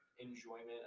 enjoyment